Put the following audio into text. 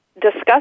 discuss